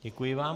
Děkuji vám.